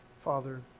Father